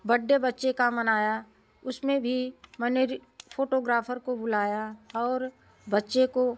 बड्डे बच्चे का मनाया उसमें भी मैंने फोटोग्राफर बुलाया और बच्चे को